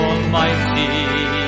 Almighty